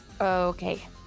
okay